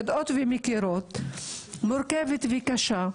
שהמציאות מורכבת וקשה.